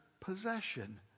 possession